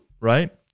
Right